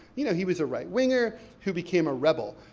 you know, he was a right-winger who became a rebel,